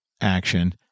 action